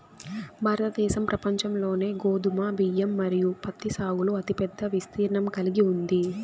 భారతదేశం ప్రపంచంలోనే గోధుమ, బియ్యం మరియు పత్తి సాగులో అతిపెద్ద విస్తీర్ణం కలిగి ఉంది